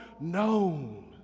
known